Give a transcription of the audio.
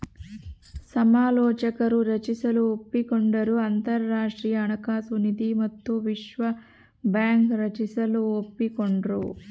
ಸಮಾಲೋಚಕರು ರಚಿಸಲು ಒಪ್ಪಿಕೊಂಡರು ಅಂತರಾಷ್ಟ್ರೀಯ ಹಣಕಾಸು ನಿಧಿ ಮತ್ತು ವಿಶ್ವ ಬ್ಯಾಂಕ್ ರಚಿಸಲು ಒಪ್ಪಿಕೊಂಡ್ರು